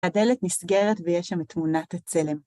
הדלת נסגרת ויש שם את תמונת הצלם.